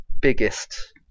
biggest